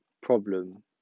problem